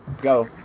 Go